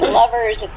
lovers